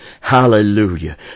Hallelujah